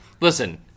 Listen